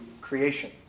creation